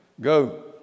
Go